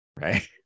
Right